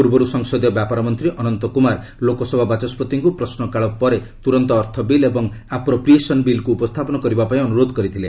ପୂର୍ବରୁ ସଂସଦୀୟ ବ୍ୟାପାର ମନ୍ତ୍ରୀ ଅନନ୍ତ କୁମାର ଲୋକସଭା ବାଚସ୍କତିଙ୍କୁ ପ୍ରଶ୍ନକାଳ ପରେ ତୁରନ୍ତ ଅର୍ଥ ବିଲ୍ ଏବଂ ଆପ୍ରୋପ୍ରିଏସନ୍ ବିଲ୍କୁ ଉପସ୍ଥାପନ କରିବା ପାଇଁ ଅନୁରୋଧ କରିଥିଲେ